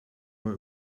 war